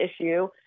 issue